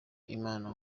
imana